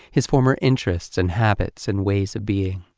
his former interests and habits and ways of being.